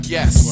Yes